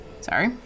Sorry